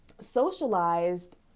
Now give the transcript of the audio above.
socialized